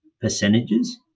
percentages